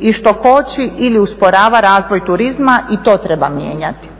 i što koči ili usporava razvoj turizma i to treba mijenjati.